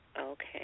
Okay